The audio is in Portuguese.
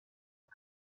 que